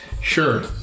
Sure